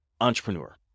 entrepreneur